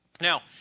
Now